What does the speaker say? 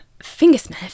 Fingersmith